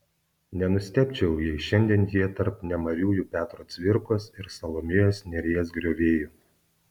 nenustebčiau jei šiandien jie tarp nemariųjų petro cvirkos ir salomėjos nėries griovėjų